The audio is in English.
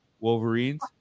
wolverines